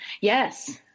Yes